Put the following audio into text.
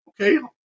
Okay